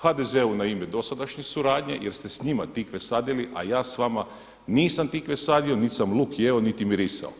HDZ-u na ime dosadašnje suradnje jer ste s njima tikve sadili a ja s vama nisam tikve sadio niti sam luk jeo niti mirisao.